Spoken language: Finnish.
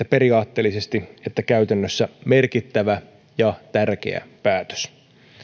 periaatteellisesti että käytännössä merkittävä ja tärkeä päätös